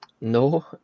No